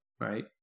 right